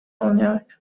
oluyor